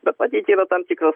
bet padidino tam tikrus